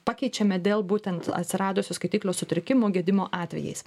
pakeičiami dėl būtent atsiradusių skaitiklio sutrikimų gedimo atvejais